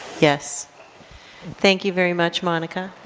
yes thank you very much, monica.